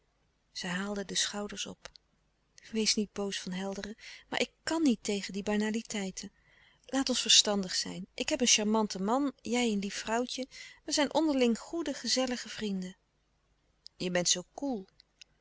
zij haalde de schouders op wees niet boos van helderen maar ik kàn niet tegen die banaliteiten laat ons verstandig zijn ik heb een charmante man jij louis couperus de stille kracht een lief vrouwtje wij zijn onderling goede gezellige vrienden je bent zoo koel